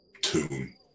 tune